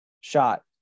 shot